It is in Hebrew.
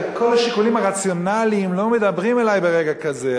כל השיקולים הרציונליים לא מדברים אלי ברגע כזה.